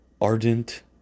ardent